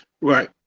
Right